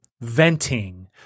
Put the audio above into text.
venting